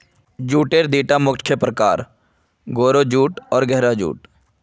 जूटेर दिता मुख्य प्रकार, गोरो जूट आर गहरा जूट